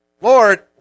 Lord